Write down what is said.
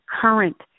current